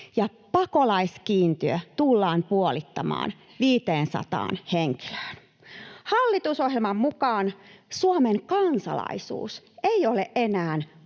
ja pakolaiskiintiö tullaan puolittamaan 500 henkilöön. Hallitusohjelman mukaan Suomen kansalaisuus ei ole enää